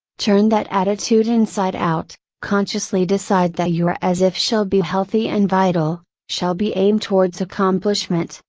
turn that attitude inside out, consciously decide that your as if shall be healthy and vital, shall be aimed towards accomplishment,